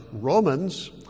Romans